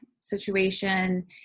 situation